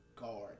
guard